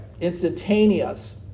instantaneous